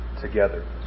together